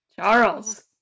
Charles